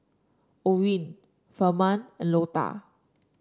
Orin Firman and Lota